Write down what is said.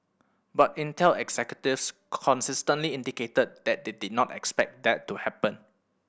but Intel executives consistently indicated that they they did not expect that to happen